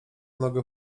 nogę